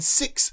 six